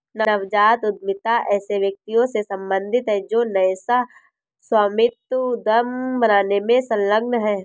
नवजात उद्यमिता ऐसे व्यक्तियों से सम्बंधित है जो नए सह स्वामित्व उद्यम बनाने में संलग्न हैं